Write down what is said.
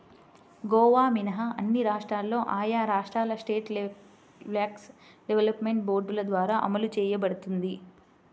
గోవా మినహా అన్ని రాష్ట్రాల్లో ఆయా రాష్ట్రాల స్టేట్ లైవ్స్టాక్ డెవలప్మెంట్ బోర్డుల ద్వారా అమలు చేయబడుతోంది